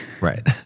Right